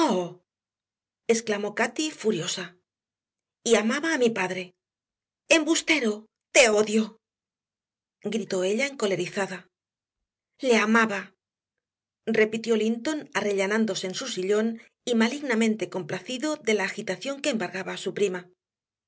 exclamó cati furiosa y amaba a mi padre embustero te odio gritó ella encolerizada le amaba repitió linton arrellanándose en su sillón y malignamente complacido de la agitación que embargaba a su prima